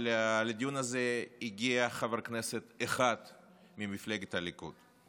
אבל לדיון הזה הגיע חבר כנסת אחד ממפלגת הליכוד.